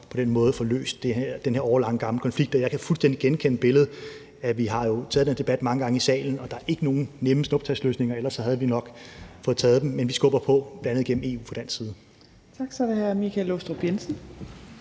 på den måde får løst den her gamle, årelange konflikt. Og jeg kan jo fuldstændig genkende billedet – vi har jo taget den debat mange gange i salen. Der er ikke nogen nemme snuptagsløsninger, ellers havde vi nok taget dem. Men vi skubber på fra dansk side, bl.a. gennem EU. Kl. 15:15 Fjerde